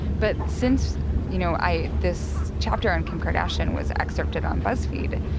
but since, you know, i this chapter on kim kardashian was excerpted on buzzfeed.